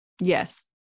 yes